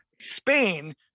Spain